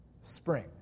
spring